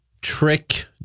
trick